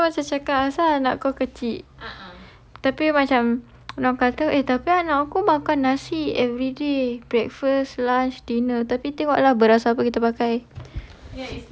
ya you tahu bila kakak cakap kan kau kecil tapi macam orang kata tapi aku makan nasi everyday breakfast lunch dinner tapi tengok apa beras yang kita pakai